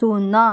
ଶୂନ